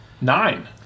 Nine